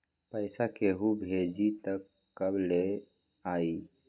पैसा केहु भेजी त कब ले आई?